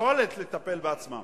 יכולת לטפל בעצמם?